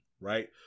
right